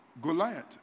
Goliath